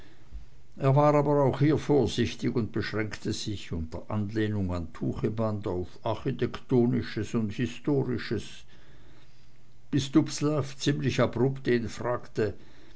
er war aber auch hier vorsichtig und beschränkte sich unter anlehnung an tucheband auf architektonisches und historisches bis dubslav ziemlich abrupt ihn fragte